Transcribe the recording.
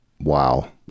wow